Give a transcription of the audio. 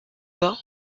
bas